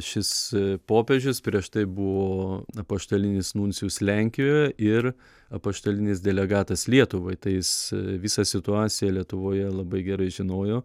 šis popiežius prieš tai buvo apaštalinis nuncijus lenkijoje ir apaštalinis delegatas lietuvoj tai jis visą situaciją lietuvoje labai gerai žinojo